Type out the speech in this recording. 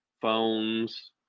phones